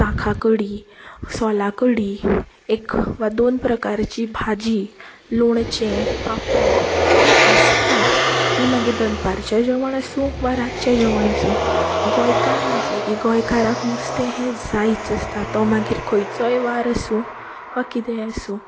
दाका कडी सोला कडी एक वा दोन प्रकारांची भाजी लोणचें पापड हें आसताच ती मागीर दनपारचें जेवण आसूं वा रातचें जेवण आसूं गोंयकार म्हणलें की गोंयकाराक नुस्तें हें जायच आसता तो मागीर खंयचोय वार आसूं वा कितें आसूं